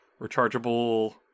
Rechargeable